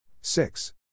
Six